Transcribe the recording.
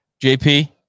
JP